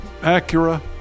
Acura